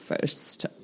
First